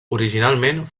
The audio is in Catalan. originalment